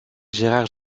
gérard